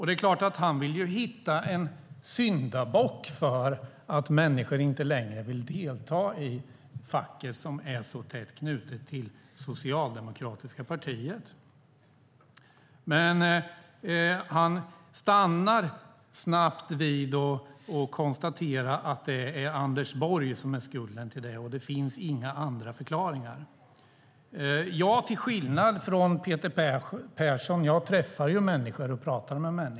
Det är klart att han vill hitta en syndabock när det gäller att människor inte längre vill vara med i facket som är så tätt knutet till det socialdemokratiska partiet. Men han stannar snabbt vid att konstatera att det är Anders Borg som bär skulden till detta, och det finns inga andra förklaringar. Jag, till skillnad från Peter Persson, träffar människor och pratar med dem.